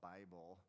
Bible